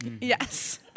Yes